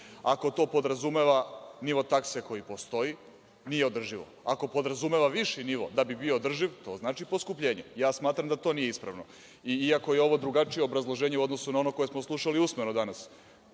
Ako to podrazumeva, tako piše, nivo takse koji postoji, nije održivo. Ako podrazumeva viši nivo da bi bio održiv, to znači poskupljenje. Smatram da to nije ispravno, iako je ovo drugačije obrazloženje u odnosu na ono koje smo slušali usmeno danas.